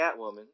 Catwoman